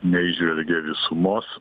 neįžvelgia visumos